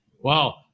Wow